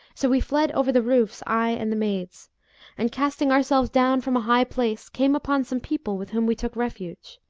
so we fled over the roofs, i and the maids and, casting ourselves down from a high place, came upon some people with whom we took refuge